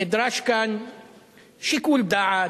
נדרש כאן שיקול דעת,